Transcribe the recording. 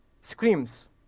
screams